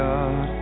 God